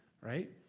right